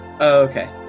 Okay